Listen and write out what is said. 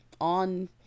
on